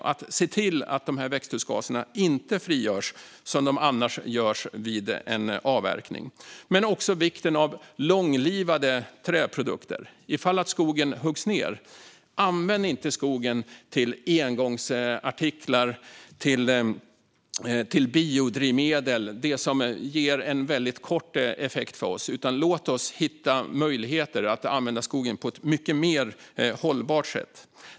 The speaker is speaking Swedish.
Det handlar om att se till att växthusgaserna inte frigörs, som de gör vid en avverkning. Men det handlar också om vikten av långlivade träprodukter. Om skogen huggs ned ska den inte användas till engångsartiklar och till biodrivmedel, sådant som ger en väldigt kort effekt för oss. Låt oss hitta möjligheter att använda skogen på ett mycket mer hållbart sätt!